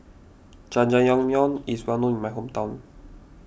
Jajangmyeon is well known in my hometown